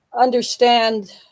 understand